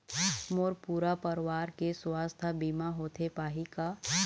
मोर पूरा परवार के सुवास्थ बीमा होथे पाही का?